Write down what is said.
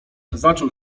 zaczął